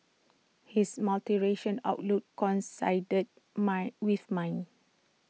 his multiracial outlook coincided mine with mine